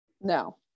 no